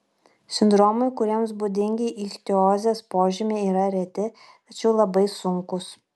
sindromai kuriems būdingi ichtiozės požymiai yra reti tačiau labai sunkūs